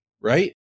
Right